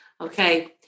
Okay